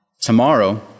Tomorrow